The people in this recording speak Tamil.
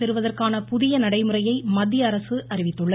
பெறுவதற்கான புதிய நடைமுறையை மத்தியஅரசு அறிவித்துள்ளது